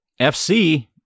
FC